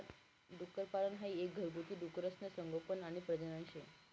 डुक्करपालन हाई एक घरगुती डुकरसनं संगोपन आणि प्रजनन शे